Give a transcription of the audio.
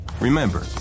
Remember